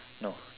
no